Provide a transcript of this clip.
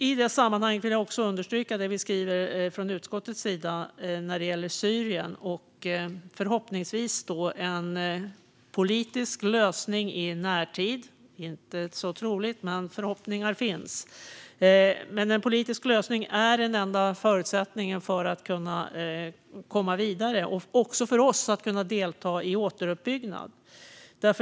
I det sammanhanget vill jag också understryka det vi i utskottet skriver när det gäller Syrien och en politisk lösning i närtid. En sådan är inte så trolig, men förhoppningar finns. En politisk lösning är den enda förutsättningen för att kunna komma vidare och också för oss att kunna delta i återuppbyggnad.